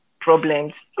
problems